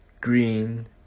green